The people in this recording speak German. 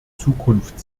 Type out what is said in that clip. zukunft